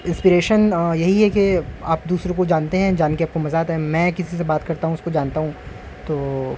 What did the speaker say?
inspiration یہی ہے کہ آپ دوسروں کو جانتے ہیں جان کے آپ کو مزہ آ ہے میں کسی سے بات کرتا ہوں اس کو جانتا ہوں تو